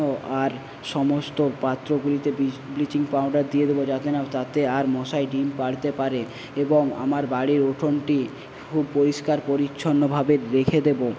আর সমস্ত পাত্রগুলিতে bleaching powder দিয়ে দেবো যাতে না আর তাতে মশায় ডিম পাড়তে পারে এবং আমার বাড়ির উঠোনটি খুব পরিষ্কার পরিচ্ছন্নভাবে রেখে দেবো